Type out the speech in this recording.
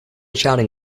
chatting